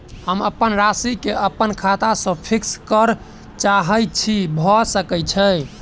हम अप्पन राशि केँ अप्पन खाता सँ फिक्स करऽ चाहै छी भऽ सकै छै?